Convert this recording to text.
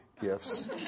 gifts